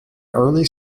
early